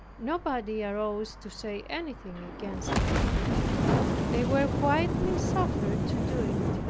nobody arose to say anything against it they were quietly suffered to do it.